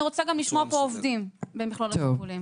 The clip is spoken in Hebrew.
אני רוצה גם לשמוע פה עובדים לגבי מכלול השיקולים.